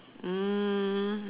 um